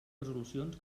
resolucions